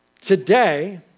today